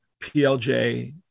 PLJ